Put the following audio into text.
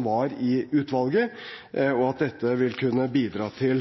utvalget, og at dette vil kunne bidra til